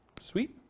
Sweet